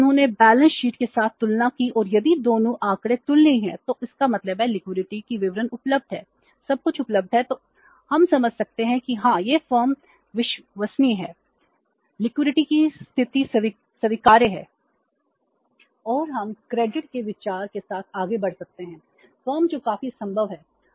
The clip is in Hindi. फिर उन्होंने बैलेंस शीट की स्थिति स्वीकार्य है और हम क्रेडिट के विस्तार के साथ आगे बढ़ सकते हैं फर्म जो काफी संभव है